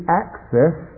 access